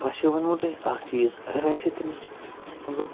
بہٕ ہَسا وَنوو تۄہہِ اکھ چیٖز اَگَر اَسہِ تٔمِس مَطلَب